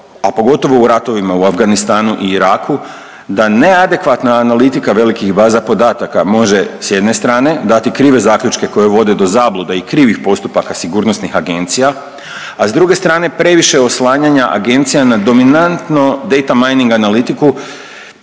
a pogotovo u ratovima u Afganistanu i Iraku da neadekvatna analitika velikih baza podataka može, s jedne strane dati krive zaključke koje vode do zablude i krivih postupaka sigurnosnih agencija, a s druge strane, previše oslanjanja agencija na dominantno data mining analitiku